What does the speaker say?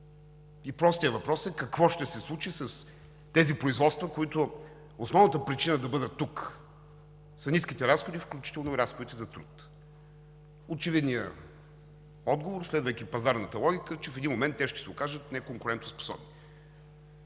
И простият въпрос е: какво ще се случи с тези производства, за които основната причина да бъдат тук са ниските разходи, включително и разходите за труд? Очевидният отговор, следвайки пазарната логика, е, че в един момент те ще се окажат неконкурентоспособни.